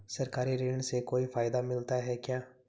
सरकारी ऋण से कोई फायदा मिलता है क्या?